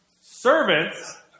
servants